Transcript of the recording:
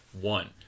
one